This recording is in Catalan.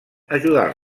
ajudar